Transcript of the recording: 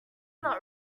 not